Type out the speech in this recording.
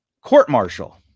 court-martial